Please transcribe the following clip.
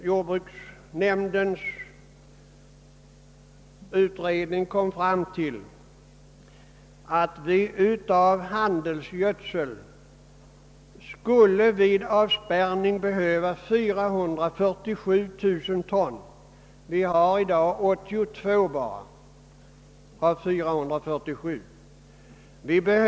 Jordbruksnämndens utredning kom fram till att vi av handelsgödsel vid en avspärrning skulle behöva 447 000 ton; vi har i dag bara 82 000 ton.